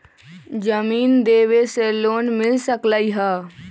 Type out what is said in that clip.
जमीन देवे से लोन मिल सकलइ ह?